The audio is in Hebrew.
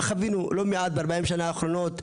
חווינו לא מעט ב-40 השנים האחרונות,